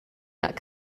that